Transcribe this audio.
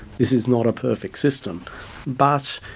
this is not a perfect system but,